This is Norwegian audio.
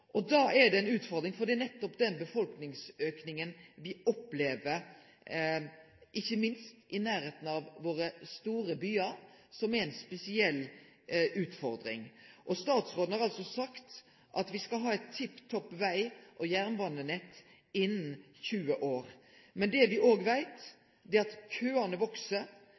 Det er ei utfordring. Det er nettopp den auken i befolkninga me opplever, ikkje minst i nærleiken av dei store byane våre, som er ei spesiell utfordring. Statsråden har sagt at me skal ha eit tipp topp veg- og jernbanenett innan 20 år. Men det me òg veit, er at køane